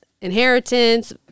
inheritance